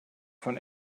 von